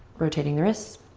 rotating the wrists.